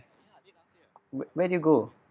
where did you go